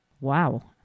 Wow